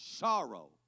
sorrow